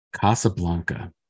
Casablanca